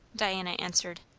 diana answered.